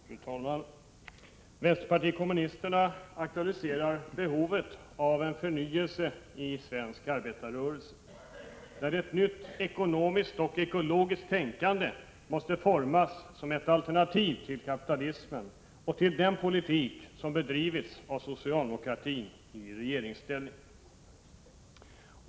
Fru talman! Vi vill från vänsterpartiet kommunisterna aktualisera behovet av en förnyelse i svensk arbetarrörelse, där ett nytt ekonomiskt och ekologiskt tänkande måste formas som ett alternativ till kapitalismen och till den politik som bedrivits av socialdemokratin i regeringsställning.